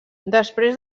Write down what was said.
després